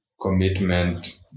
commitment